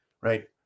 Right